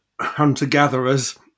hunter-gatherers